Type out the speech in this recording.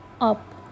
up